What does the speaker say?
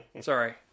sorry